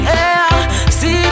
See